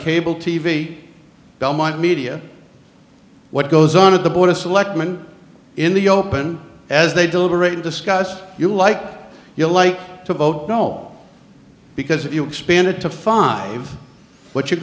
cable t v belmont media what goes on at the board of selectmen in the open as they deliberate discuss you like you like to vote no because if you expand it to five what you're